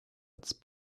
its